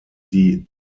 die